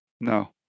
No